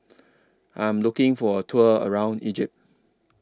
I'm looking For A Tour around Egypt